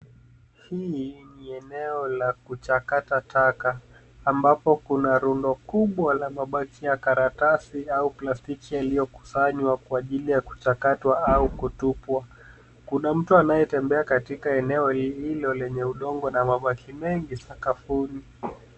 Hili ni eneo la kuchakata taka ambapo kuna rundo kubwa la mabaki ya karatasi au plastiki yaliyokusanywa kwa ajili ya kuchakatwa au kutupwa. Kuna mtu anayetembea katika eneo hilo lenye udongo na mabaki mengi sakafuni.